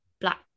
black